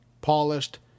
polished